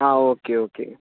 ആ okay okay